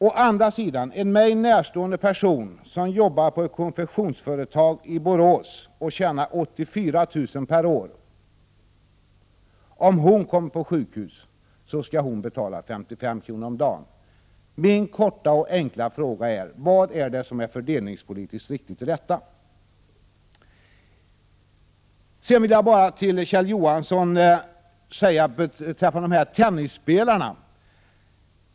Å andra sidan skall en mig närstående person som arbetar på ett konfektionsföretag i Borås och tjänar 84 000 kr. per år betala SS kr. per dag om hon hamnar på sjukhus. Min korta och enkla fråga är: Vad är det som är fördelningspolitiskt riktigt i detta? Sedan vill jag kommentera det som Kjell Johansson sade om tennisspelarna.